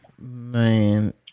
Man